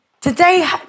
Today